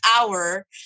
hour